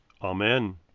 Amen